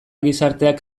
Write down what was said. gizarteak